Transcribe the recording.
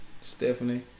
Stephanie